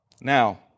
Now